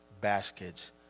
baskets